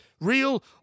real